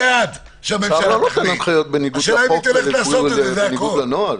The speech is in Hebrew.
השר לא נותן הנחיות בניגוד לחוק, בניגוד לנוהל.